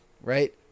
Right